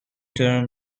term